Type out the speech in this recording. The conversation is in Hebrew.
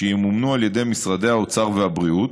שימומנו על ידי משרדי האוצר והבריאות,